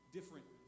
different